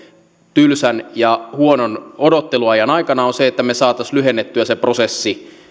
tylsän ja huonon odotteluajan aikana on se että me saisimme lyhennettyä sen prosessin